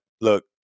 look